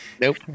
Nope